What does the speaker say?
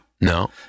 No